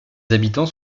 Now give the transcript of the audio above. habitants